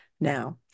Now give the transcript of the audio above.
now